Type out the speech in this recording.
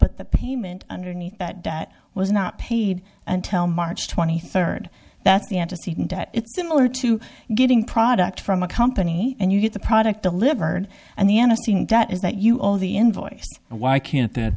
but the payment underneath that that was not paid until march twenty third that's the antecedent it's similar to getting product from a company and you get the product delivered and the end of that is that you all the invoice why can't